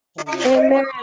amen